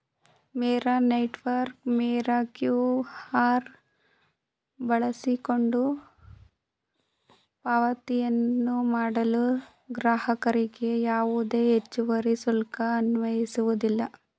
ಮೇರಾ network ಮೇರಾ QR ಬಳಸಿಕೊಂಡು ಪಾವತಿಗಳನ್ನು ಮಾಡಲು ಗ್ರಾಹಕರಿಗೆ ಯಾವುದೇ ಹೆಚ್ಚುವರಿ ಶುಲ್ಕ ಅನ್ವಯಿಸುವುದಿಲ್ಲ